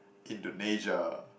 Indonesia